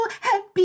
happy